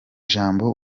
ijambo